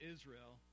Israel